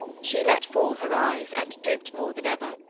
she let fall her eyes, and drooped more than ever.